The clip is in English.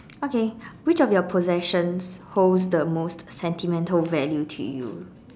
okay which of your possessions holds the most sentimental value to you